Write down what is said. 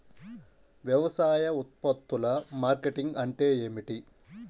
వ్యవసాయ ఉత్పత్తుల మార్కెటింగ్ అంటే ఏమిటి?